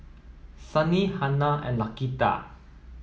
Sonny Hanna and Laquita